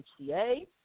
HCA